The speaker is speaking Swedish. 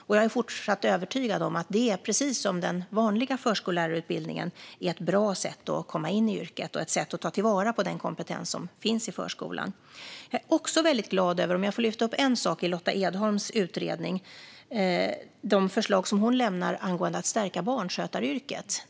Och jag är fortsatt övertygad om att det, precis som den vanliga förskollärarutbildningen, är ett bra sätt att komma in i yrket och ett sätt att ta vara på den kompetens som finns i förskolan. Jag vill lyfta fram en sak i Lotta Edholms utredning, nämligen de förslag som hon lämnar angående att stärka barnskötaryrket.